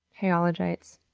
hey ologites,